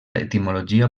etimologia